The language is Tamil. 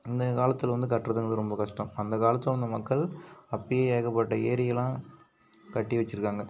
இந்த காலத்தில் கட்டுறதுங்குறது ரொம்ப கஷ்டம் அந்தக் காலத்தில் இருந்த மக்கள் அப்பயே ஏகப்பட்ட ஏரியெல்லாம் கட்டி வச்சுருக்காங்க